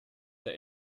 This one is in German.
der